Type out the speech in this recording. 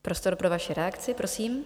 Prostor pro vaši reakci, prosím.